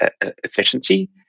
efficiency